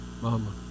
Mama